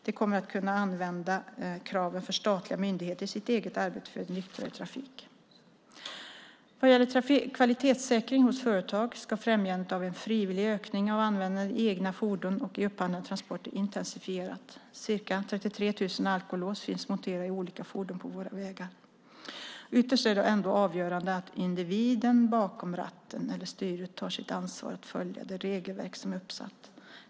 De kommer att kunna använda kraven för statliga myndigheter i sitt eget arbete för en nyktrare trafik. Vad gäller kvalitetssäkring hos företag ska främjandet av en frivillig ökning av användandet i egna fordon och i upphandlade transporter intensifieras. Ca 33 000 alkolås finns monterade i olika fordon på våra vägar. Ytterst är det ändå avgörande att individen bakom ratten eller styret tar sitt ansvar att följa det regelverk som är uppsatt.